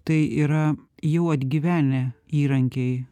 tai yra jau atgyvenę įrankiai